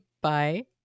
Bye